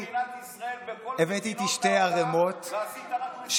וטיילת על חשבון מדינת ישראל בכל מדינות העולם ועשית רק מסיבות,